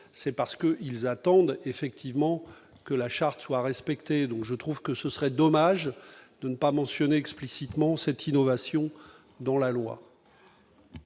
c'est parce que ils attendent effectivement que la charte soit respectée, donc je trouve que ce serait dommage de ne pas mentionner explicitement cette innovation dans la loi.